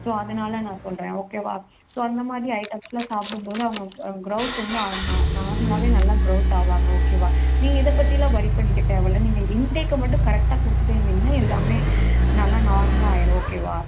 so அதனால் நான் சொல்கிறேன் ஓகேவா ஸோ அந்த மாதிரி ஐட்டம்ஸெலாம் சாப்பிடும் போது அவங்களுக்கு அவங்க க்ரௌத்து வந்து அவங்க நா நார்மலாகவே நல்லா க்ரௌத் ஆவாங்க ஓகேவா நீங்கள் இதை பற்றிம் வொரி பண்ணிக்க தேவைல்ல நீங்கள் இன்டேக்கை மட்டும் கரெக்டாக கொடுத்துட்டே இருந்திங்கன்னால் எல்லாமே நல்லா நார்மலாக ஆகிரும் ஓகேவா